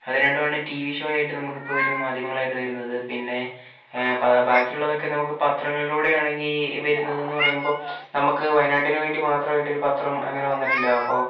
അതുരണ്ടുമാണ് TV ഷോയായിട്ട് നമുക്ക് ഇപ്പൊൾ വരുന്ന മാധ്യമങ്ങളായിട്ട് വരുന്നത് പിന്നെ ബാക്കിയുള്ളതൊക്കെ നമുക്ക് പത്രങ്ങളിലൂടെ ആണെങ്കിൽ വരുന്നതെന്ന് പറയുമ്പോൾ നമ്മക്ക് വായനാട്ടിന് വേണ്ടി മാത്രമായി ഒരു പത്രം അങ്ങനെ വന്നിട്ടില്ല അപ്പോൾ